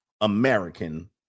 American